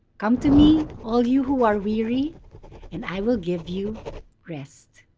come to me all you who are weary and i will give you rest.